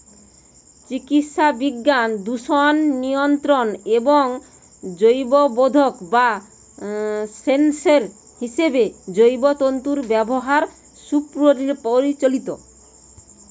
চিকিৎসাবিজ্ঞান, দূষণ নিয়ন্ত্রণ এবং জৈববোধক বা সেন্সর হিসেবে জৈব তন্তুর ব্যবহার সুপ্রচলিত